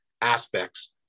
aspects